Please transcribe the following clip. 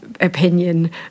opinion